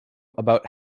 about